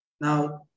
Now